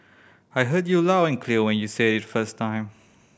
I heard you loud and clear when you said it first time